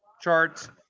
charts